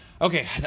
Okay